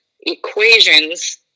equations